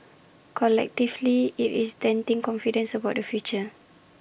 collectively IT is denting confidence about the future